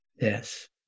Yes